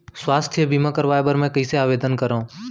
स्वास्थ्य बीमा करवाय बर मैं कइसे आवेदन करव?